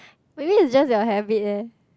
maybe it's just your habit leh